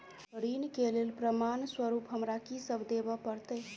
ऋण केँ लेल प्रमाण स्वरूप हमरा की सब देब पड़तय?